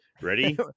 Ready